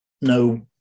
no